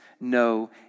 no